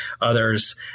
Others